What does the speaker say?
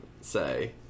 say